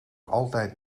altijd